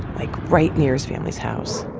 like, right near his family's house